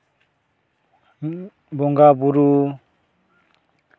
ᱵᱚᱸᱜᱟᱼᱵᱩᱨᱩ